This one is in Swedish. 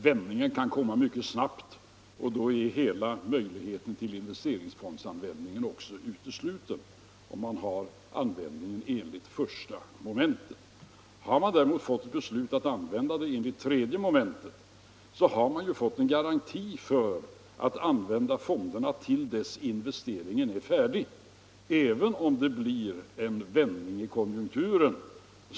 Vändningen kan komma mycket snabbt, och då är hela möjligheten — fond i anspråk till investeringsfondsanvändning också utesluten, om den skall ske med stöd av I mom. Har man däremot fått beslut om användning enligt 3 mom. finns det en garanti för att fonderna får användas till dess att investeringen är färdig, även om det blir en vändning i konjunkturen.